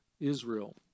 Israel